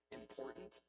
important